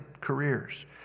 careers